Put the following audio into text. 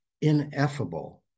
ineffable